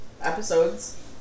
episodes